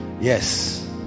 Yes